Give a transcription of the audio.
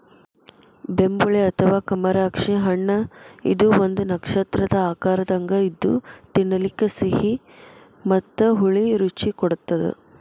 ಬೆಂಬುಳಿ ಅಥವಾ ಕಮರಾಕ್ಷಿ ಹಣ್ಣಇದು ಒಂದು ನಕ್ಷತ್ರದ ಆಕಾರದಂಗ ಇದ್ದು ತಿನ್ನಲಿಕ ಸಿಹಿ ಮತ್ತ ಹುಳಿ ರುಚಿ ಕೊಡತ್ತದ